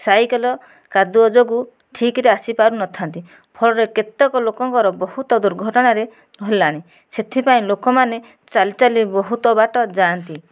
cycle କାଦୁଅ ଯୋଗୁ ଠିକରେ ଆସି ପାରୁନଥାନ୍ତି ଫଳରେ କେତେକ ଲୋକଙ୍କର ବହୁତ ଦୁର୍ଘଟଣାରେ ହେଲାଣି ସେଥିପାଇଁ ଲୋକମାନେ ଚାଲି ଚାଲି ବହୁତ ବାଟ ଯାଆନ୍ତି